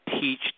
teach